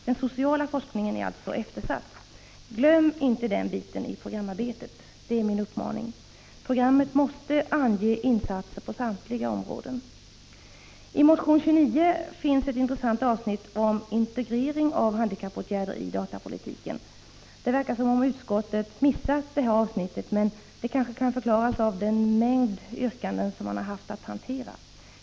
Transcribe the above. Den sociala forskningen är alltså eftersatt. Glöm således inte den biten i programarbetet! Det är min uppmaning. Programmet måste ange insatser på samtliga områden. I motion 29 finns ett intressant avsnitt om integrering av handikappåtgärder i datapolitiken. Det verkar som om utskottet har missat detta avsnitt, men det kanske kan förklaras av den mängd yrkanden som man haft att hantera.